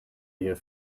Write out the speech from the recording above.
here